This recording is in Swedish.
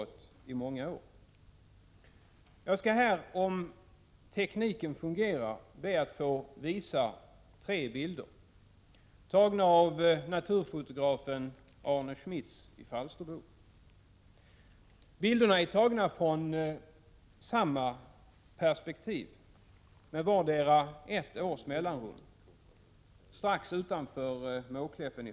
1986/87:78 Jag skall här — om tekniken fungerar — be att få visa tre bilder, tagna av 3 mars 1987 naturfotografen Arne Schmitz i Falsterbo. Bilderna är tagna från samma perspektiv, med vardera ett års mellanrum, strax utanför Måkläppen.